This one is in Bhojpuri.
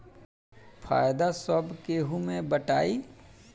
फायदा सब केहू मे बटाई